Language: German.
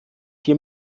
vier